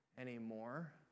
anymore